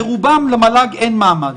ברובם למל"ג אין מעמד.